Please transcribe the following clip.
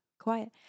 Quiet